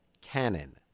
canon